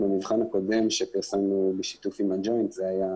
במבחן הקודם שפרסמנו בשיתוף עם הג'וינט זה היה